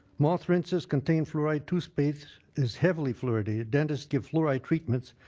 mouth rinses contain fluoride. toothpaste is heavily fluoridated. dentists give fluoride treatments.